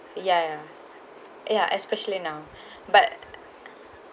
ya ya ya especially now but